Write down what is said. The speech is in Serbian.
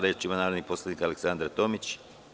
Reč ima narodni poslanik Aleksandra Tomić.